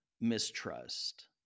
mistrust